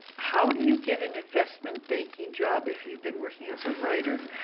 how do you get an investment banking job if you've been working as a writer?